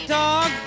dog